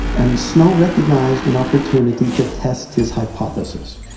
and snow recognised an opportunity to test his hypothesis,